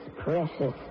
precious